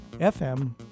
FM